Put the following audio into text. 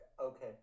Okay